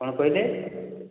କ'ଣ କହିଲେ